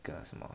那个什么